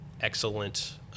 excellent